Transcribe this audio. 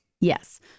Yes